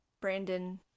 Brandon